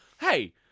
hey